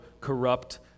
corrupt